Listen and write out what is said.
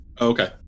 Okay